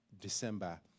December